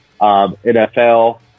NFL